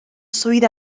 swydd